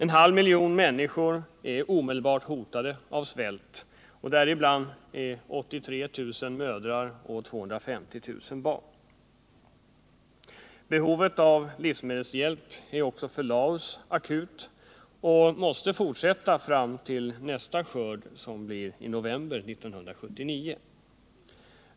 En halv miljon människor är omedelbart hotade av svält, däribland är 83 000 mödrar och 250 000 barn. Behovet av livsmedelshjälp för Laos är akut och måste fortsätta fram till nästa skörd i november 1979.